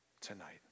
tonight